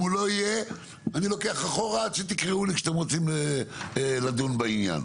אם הוא לא יהיה אני לוקח אחורה עד שתקראו לי כשאתם רוצים לדון בעניין.